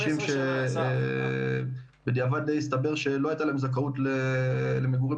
הכיסאות או אנשים שלא הצליחו ליצור מקורות